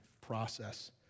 process